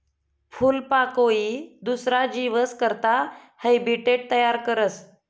फूलपाकोई दुसरा जीवस करता हैबीटेट तयार करस